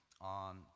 on